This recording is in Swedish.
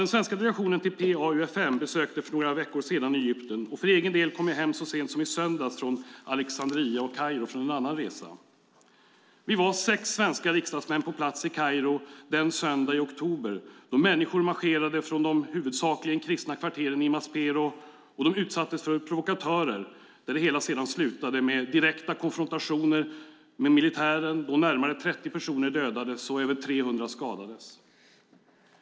Den svenska delegationen till PA-UfM besökte för några veckor sedan Egypten. För egen del kom jag hem så sent som i söndags från Alexandria och Kairo från en annan resa. Vi var sex svenska riksdagsmän på plats i Kairo den söndag i oktober då människor marscherade från de huvudsakligen kristna kvarteren i Maspero. De utsattes för provokatörer, och det hela slutade sedan med direkta konfrontationer med militären då närmare 30 personer dödades och över 300 skadades.